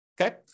Okay